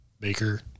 Baker